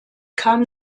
kam